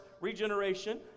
regeneration